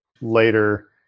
later